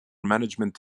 management